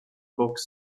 box